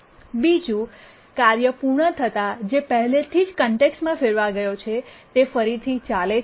બીજું કાર્ય પૂર્ણ થતાં જે પહેલેથી જ કોન્ટેક્સ્ટમાં ફેરવાઈ ગયો છે તે ફરીથી ચાલે છે